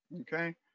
okay